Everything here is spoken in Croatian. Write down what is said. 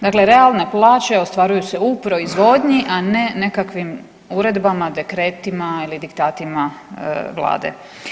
Dakle, realne plaće ostvaruju se u proizvodnji, a ne nekakvim uredbama, dekretima ili diktatima vlade.